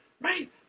right